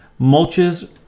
mulches